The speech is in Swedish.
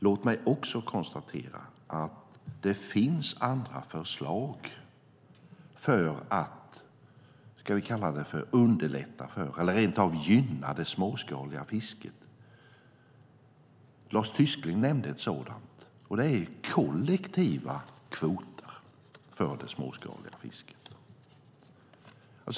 Låt mig också konstatera att det finns andra förslag för att underlätta för eller rent av gynna det småskaliga fisket. Lars Tysklind nämnde ett sådant, och det är kollektiva kvoter för det småskaliga fisket.